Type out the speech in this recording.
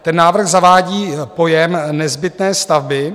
Ten návrh zavádí pojem nezbytné stavby.